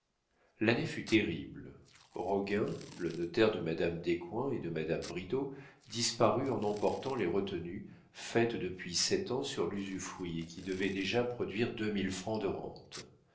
l'année fut terrible roguin le notaire de madame descoings et de madame bridau disparut en emportant les retenues faites depuis sept ans sur l'usufruit et qui devaient déjà produire deux mille francs de rente